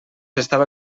estava